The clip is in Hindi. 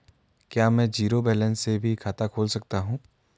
क्या में जीरो बैलेंस से भी खाता खोल सकता हूँ?